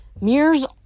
Mirrors